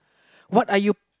what are you